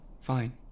Fine